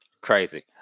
crazy